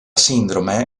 sindrome